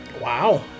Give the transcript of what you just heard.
Wow